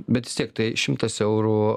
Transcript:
bet vis tiek tai šimtas eurų